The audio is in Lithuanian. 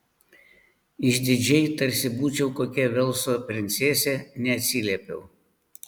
išdidžiai tarsi būčiau kokia velso princesė neatsiliepiau